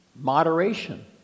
moderation